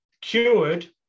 cured